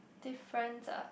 difference ah